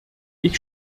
ich